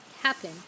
happen